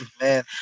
man